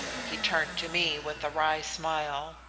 he turned to me with a wry smile.